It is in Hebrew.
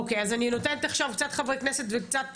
אוקי, אז אני נותנת עכשיו, קצת חברי כנסת וקצת